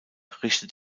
richtet